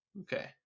okay